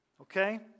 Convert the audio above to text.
Okay